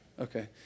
Okay